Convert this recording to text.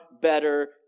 better